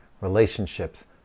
relationships